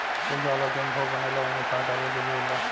पूजा वाला जवन भोग बनेला ओइमे शहद डालल जरूरी होला